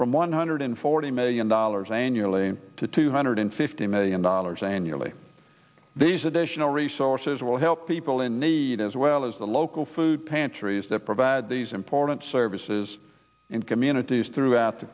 from one hundred forty million dollars annually to two hundred fifty million dollars annually these additional resources will help people in need as well as the local food pantries that provide these important services in communities throughout the